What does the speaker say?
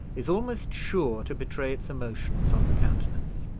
is almost sure to betray its emotions on the countenance.